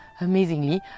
amazingly